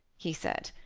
he said.